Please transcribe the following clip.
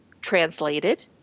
translated